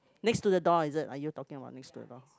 next to the door is it are you talking about next to the door